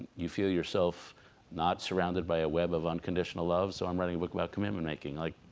you feel yourself not surrounded by a web of unconditional love so i'm writing a book welcome in we're making like